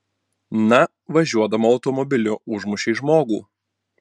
na važiuodama automobiliu užmušei žmogų